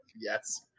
Yes